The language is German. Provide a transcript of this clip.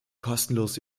kostenlos